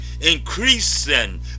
increasing